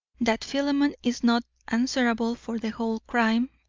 that philemon is not answerable for the whole crime,